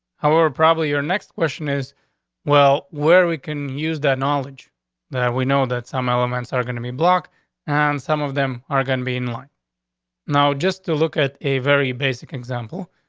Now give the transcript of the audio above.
however, probably your next question is well, where we can use that knowledge that we know that some elements are going to be blocked on. and some of them are gonna be in life now just to look at a very basic example.